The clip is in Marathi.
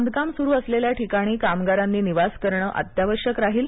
बांधकाम सुरु असलेल्या ठिकाणी कामगारांनी निवास करणे अत्यावश्यक राहील